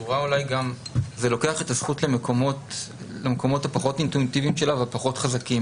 זה לוקח את הזכות למקומות הפחות אינטואיטיביים שלה ופחות חזקים